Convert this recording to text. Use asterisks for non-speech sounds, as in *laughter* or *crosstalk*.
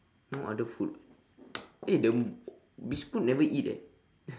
no other food eh the biscuit never eat eh *laughs*